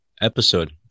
episode